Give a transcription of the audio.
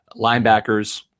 linebackers